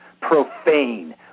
profane